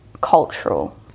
cultural